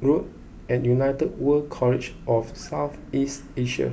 Road and United World College of South East Asia